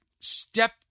step